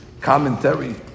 commentary